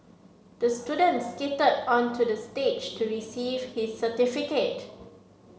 the student skated onto the stage to receive his certificate